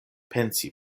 pensi